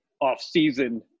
off-season